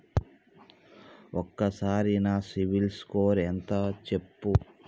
ఒక్కసారి నా సిబిల్ స్కోర్ ఎంత చెప్పు?